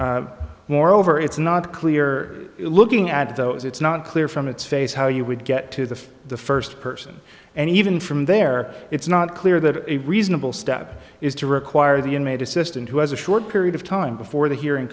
form moreover it's not clear looking at those it's not clear from its face how you would get to the the first person and even from there it's not clear that a reasonable step is to require the inmate assistant who has a short period of time before the hearing